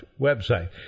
website